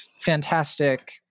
fantastic